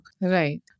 Right